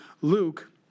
Luke